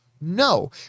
No